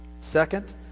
Second